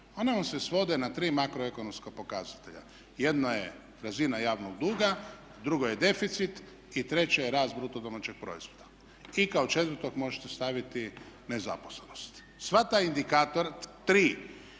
ona vam se svode na tri makro ekonomska pokazatelja. Jedna je razina javnog duga, drugo je deficit i treće je rast bruto domaćeg proizvoda. I kao četvrtog možete staviti nezaposlenost. Sva ta tri,